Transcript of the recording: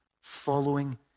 following